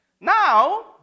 Now